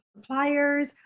suppliers